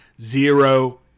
Zero